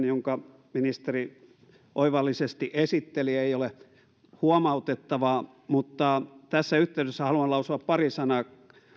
jonka ministeri oivallisesti esitteli ei ole huomautettavaa mutta tässä yhteydessä haluan lausua pari sanaa